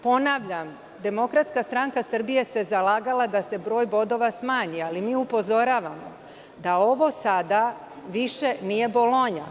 Ponavljam, DSS se zalagala da se broj bodova smanji, ali mi upozoravamo da ovo sada više nije „Bolonja“